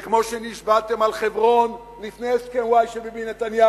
וכמו שנשבעתם על חברון לפני הסכם-וואי של ביבי נתניהו,